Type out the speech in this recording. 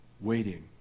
waiting